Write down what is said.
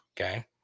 Okay